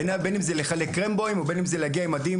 בעיניי בין אם זה לחלק קרמבואים ובין אם זה להגיע עם מדים